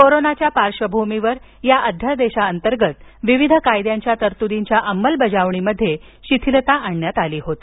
कोरोनाच्या पार्श्वभूमीवर या अध्यादेशाअंतर्गत विविध कायद्यांच्या तरतुदींच्या अंमलबजावणीमध्ये शिथिलता आणण्यात आली होती